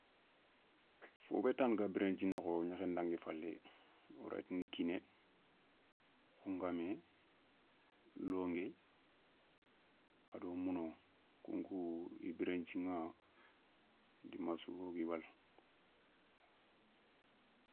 Foubé tana ga biréné dji nokho gnékhé ndangui falé woray tini kiné, khoungamé, louwongué, ado mouno kounkou i biréné dji ηa dimma su wo gui wala.